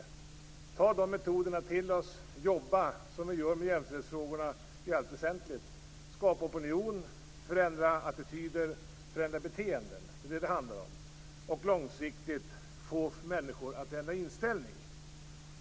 Vi bör ta de metoderna till oss och i allt väsentligt jobba som vi gör i jämställdhetsfrågorna: skapa opinion, förändra attityder och beteenden. Det är vad det handlar om - att långsiktigt få människor att ändra inställning.